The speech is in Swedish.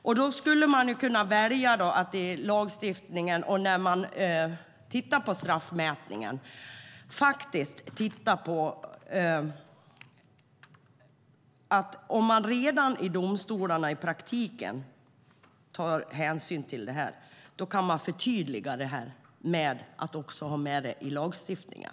Men om domstolarna redan i praktiken tar hänsyn till detta vid straffmätningen kan man väl förtydliga det genom att också ha med det i lagstiftningen.